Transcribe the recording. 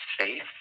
safe